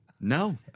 No